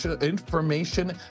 Information